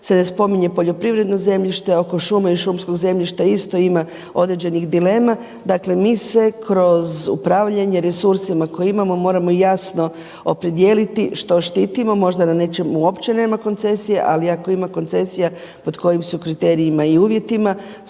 ne spominje poljoprivredno zemljište oko šume i šumskog zemljišta isto ima određenih dilema. Dakle mi se kroz upravljanje resursima koje imamo moramo jasno opredijeliti što štitimo, možda na nečemu uopće nema koncesije, ali ako ima koncesija pod kojim su kriterijima i uvjetima.